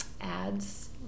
ads